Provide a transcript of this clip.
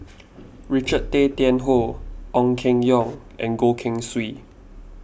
Richard Tay Tian Hoe Ong Keng Yong and Goh Keng Swee